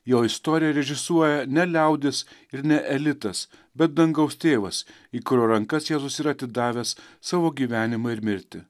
jo istoriją režisuoja ne liaudis ir ne elitas bet dangaus tėvas į kurio ranka tiesus ir atidavęs savo gyvenimą ir mirtį